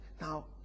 Now